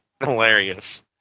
hilarious